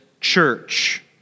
church